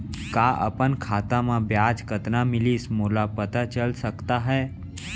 का अपन खाता म ब्याज कतना मिलिस मोला पता चल सकता है?